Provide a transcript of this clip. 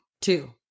Two